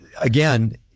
again